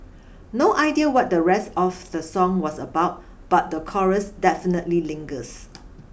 no idea what the rest of the song was about but the chorus definitely lingers